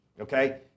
okay